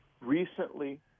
recently